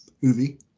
movie